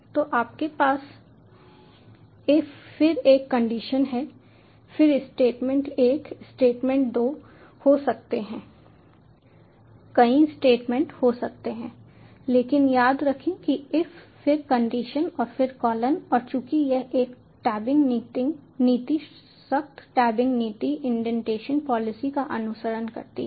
तो आपके पास इफ फिर एक कंडीशन है फिर स्टेटमेंट एक स्टेटमेंट 2 हो सकता है कई स्टेटमेंट हो सकते हैं लेकिन याद रखें कि इफ फिर कंडीशन और फिर कॉलन और चूंकि यह एक टैबिंग नीति सख्त टैबिंग नीति इंडेंटेशन पॉलिसी का अनुसरण करती है